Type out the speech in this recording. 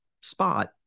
spot